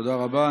תודה רבה.